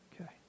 Okay